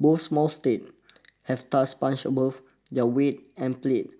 both small states have thus punched above their weight and played